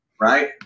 Right